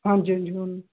ਹਾਂਜੀ ਹਾਂਜੀ ਬੋਲੋ